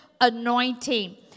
anointing